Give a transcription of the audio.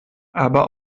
aber